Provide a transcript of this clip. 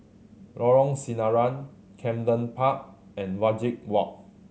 Lorong Sinaran Camden Park and Wajek Walk